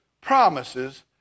promises